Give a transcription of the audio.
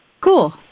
Cool